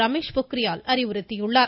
ரமேஷ் பொக்கிரியால் அறிவுறுத்தியுள்ளார்